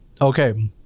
Okay